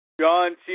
John